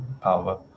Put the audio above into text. power